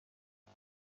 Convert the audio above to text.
آیا